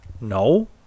No